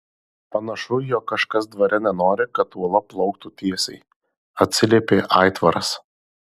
panašu jog kažkas dvare nenori kad uola plauktų tiesiai atsiliepė aitvaras